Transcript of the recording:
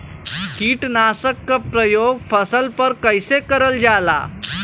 कीटनाशक क प्रयोग फसल पर कइसे करल जाला?